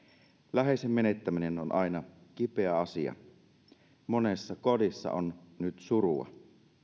läheisen menettäminen on aina kipeä asia monessa kodissa on nyt surua